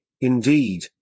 indeed